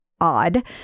odd